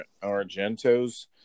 Argento's